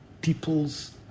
people's